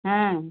हाँ